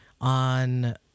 on